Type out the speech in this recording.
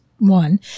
One